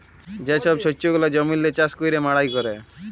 যে ছব শস্য গুলা জমিল্লে চাষ ক্যইরে মাড়াই ক্যরে